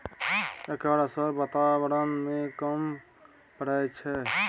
एकर असर बाताबरण में कम परय छै